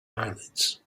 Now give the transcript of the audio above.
eyelids